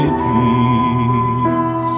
peace